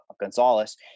Gonzalez